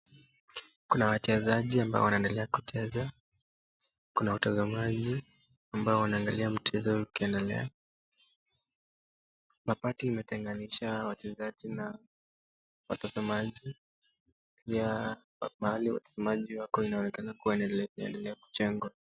Kuna wachezaji ambao wanaendelea kucheza, kuna watazamaji ambao wanaangalia mchezo ukiendelea. Mabati imetenganisha wachezaji na watazamaji. Pia mahali watazamaji wako inaonekana inaendelea kujengwa.